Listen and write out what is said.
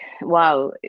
wow